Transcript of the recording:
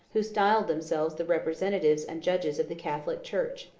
who styled themselves the representatives and judges of the catholic church.